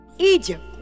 Egypt